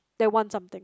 they want something